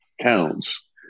counts